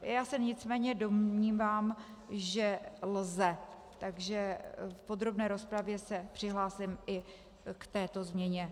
Já se nicméně domnívám, že lze, takže v podrobné rozpravě se přihlásím i k této změně.